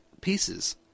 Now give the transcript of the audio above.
pieces